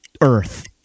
earth